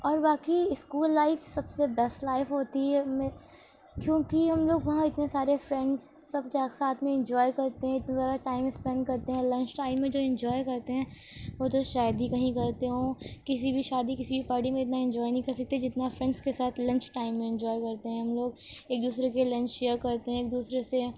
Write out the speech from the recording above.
اور باقی school life سب سے بیسٹ لائف ہوتی ہے مے کیونکہ ہم لوگ وہاں اتنے سارے فرینڈس سب جا ساتھ میں انجوائے کرتے ہیں ٹائم اسپینڈ کرتے ہیں لنچ ٹائم میں جو انجوائے کرتے ہیں وہ تو شاید ہی کہیں کرتے ہوں کسی بھی شادی کسی بھی پارٹی میں اتنا انجوائے نہیں کرتے جنتا فرینڈس کے ساتھ لنچ ٹائم میں انجوائے کرتے ہیں ہم لوگ ایک دوسرے کے لنچ شیئر کرتے ہیں ایک دوسرے سے